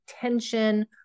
tension